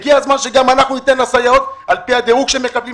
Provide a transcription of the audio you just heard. הגיע הזמן שגם אנחנו ניתן לסייעות על פי הדירוג שהן מקבלות,